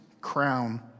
crown